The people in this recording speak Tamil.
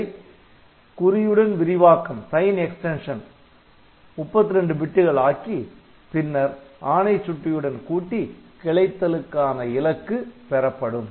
அதை குறியுடன் விரிவாக்கம் 32 பிட்டுகள் ஆக்கி பின்னர் ஆணைசுட்டியுடன் கூட்டி கிளைத்தலுக்கான இலக்கு பெறப்படும்